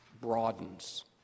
broadens